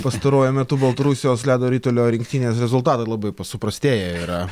pastaruoju metu baltarusijos ledo ritulio rinktinės rezultatai labai suprastėję yra